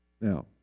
Now